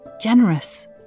generous